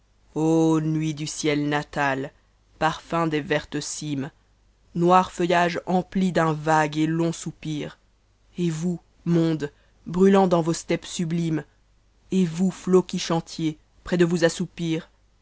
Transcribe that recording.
nuits du ciel natal parfums des vertes cimca noirs feuillages emplis d'un vague et long soupir et vous mondes brutant dans vos steppes sublimes et vous hets qui chantiez près de vous assoupi